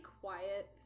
quiet